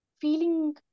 feeling